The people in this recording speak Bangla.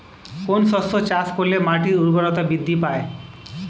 কোন শস্য চাষ করলে মাটির উর্বরতা বৃদ্ধি পায়?